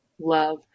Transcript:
love